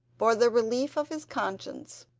for the relief of his conscience.